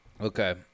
okay